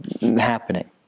happening